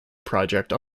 project